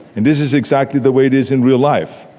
and this is exactly the way it is in real life.